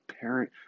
parent